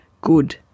good